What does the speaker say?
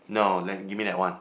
no then give me that one